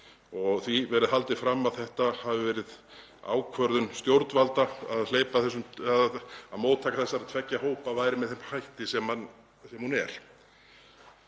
og því verið haldið fram að það hafi verið ákvörðun stjórnvalda að móttaka þessara tveggja hópa væri með þeim hætti sem hún er.